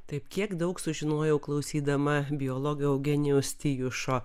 taip kiek daug sužinojau klausydama biologo eugenijaus tijušo